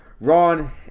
Ron